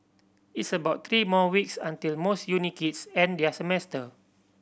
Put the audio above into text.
it's about three more weeks until most uni kids end their semester